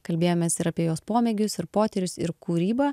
kalbėjomės ir apie jos pomėgius ir potyrius ir kūrybą